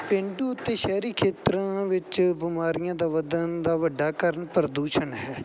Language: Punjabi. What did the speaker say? ਪੇਂਡੂ ਅਤੇ ਸ਼ਹਿਰੀ ਖੇਤਰਾਂ ਵਿੱਚ ਬਿਮਾਰੀਆਂ ਦਾ ਵਧਣ ਦਾ ਵੱਡਾ ਕਾਰਨ ਪ੍ਰਦੂਸ਼ਣ ਹੈ